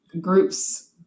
groups